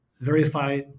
verify